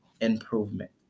improvement